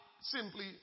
simply